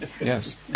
yes